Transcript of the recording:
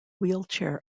wheelchair